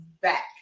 back